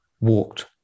Walked